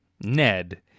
Ned